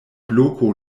bloko